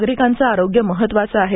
नागरिकांच आरोग्य महत्त्वाचं आहे